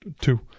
two